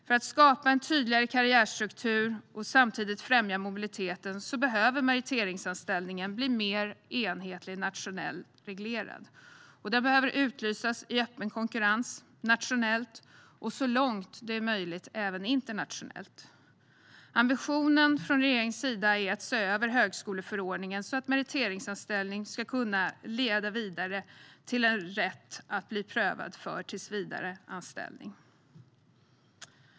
För att skapa en tydligare karriärstruktur och samtidigt främja mobiliteten behöver meriteringsanställningen bli mer enhetligt nationellt reglerad och utlysas i öppen konkurrens, nationellt och så långt det är möjligt även internationellt. Regeringens ambition är att se över högskoleförordningen så att meriteringsanställning ska kunna leda vidare till en rätt till att bli prövad för tillsvidareanställning.